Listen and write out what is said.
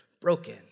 broken